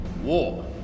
War